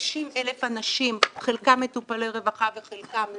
50,000 אנשים, חלקם מטופלי רווחה וחלקם לא,